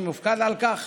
שמופקד על כך.